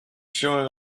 showing